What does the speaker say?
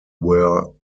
were